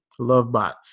LoveBots